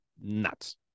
Nuts